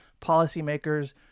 policymakers